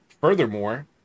furthermore